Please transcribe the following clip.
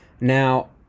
Now